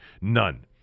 None